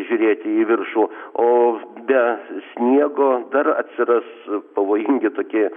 žiūrėti į viršų o be sniego dar atsiras pavojingi tokie